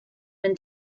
been